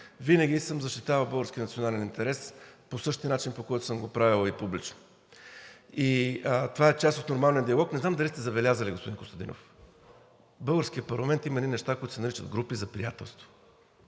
Винаги съм защитавал българския национален интерес по същия начин, по който съм го правил и публично. Това е част от нормалния диалог. Не знам дали сте забелязали, господин Костадинов, в българския парламент има едни неща, които се наричат групи за приятелство.